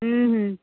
ହୁଁ ହୁଁ